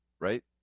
right